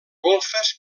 golfes